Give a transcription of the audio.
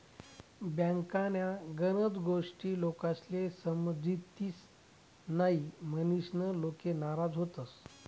बँकन्या गनच गोष्टी लोकेस्ले समजतीस न्हयी, म्हनीसन लोके नाराज व्हतंस